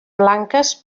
blanques